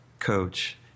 coach